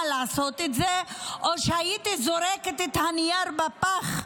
לעשות את זה או שהייתי זורקת את הנייר לפח.